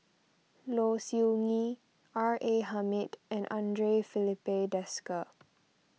Low Siew Nghee R A Hamid and andre Filipe Desker